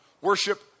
worship